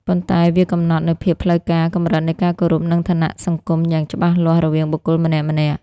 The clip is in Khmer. ប៉ុន្តែវាកំណត់នូវភាពផ្លូវការ កម្រិតនៃការគោរព និងឋានៈសង្គមយ៉ាងច្បាស់លាស់រវាងបុគ្គលម្នាក់ៗ។